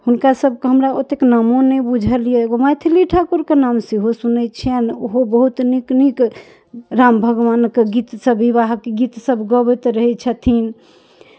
हुनकासभके हमरा ओतेक नामो नहि बुझल अइ मैथिली ठाकुरके नाम सेहो सुनै छिअनि ओहो बहुत नीक नीक राम भगवानके गीतसब विवाहके गीतसब गबैत रहै छथिन